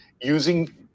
using